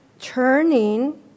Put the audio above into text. turning